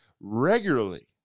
regularly